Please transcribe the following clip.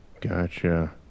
gotcha